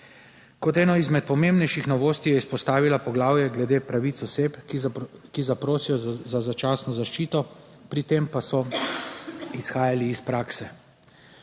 Kot eno izmed pomembnejših novosti je izpostavila poglavje glede pravic oseb, ki zaprosijo za začasno zaščito. Pri tem pa so izhajali iz prakse,